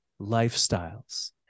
lifestyles